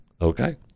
okay